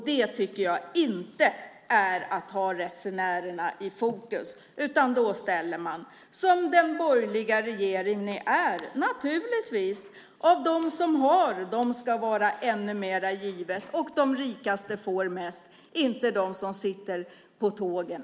Det är inte att ha resenärerna i fokus, utan då ställer man, som den borgerliga regering man är, de som redan har i fokus. Och till dem ska vara ännu mer givet. De rikaste får mest, inte de som sitter på tågen.